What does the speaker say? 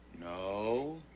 No